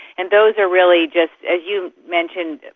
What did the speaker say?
and those are really just, as you mentioned,